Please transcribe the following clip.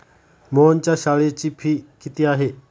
मोहनच्या शाळेची फी किती आहे?